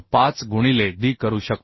5 गुणिले d करू शकतो